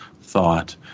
thought